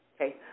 Okay